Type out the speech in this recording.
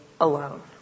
alone